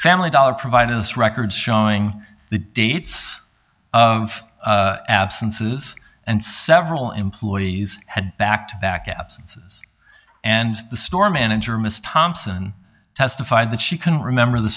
family dollar provided us records showing the dates of absences and several employees had back to back absences and the store manager miss thompson testified that she couldn't remember the